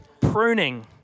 Pruning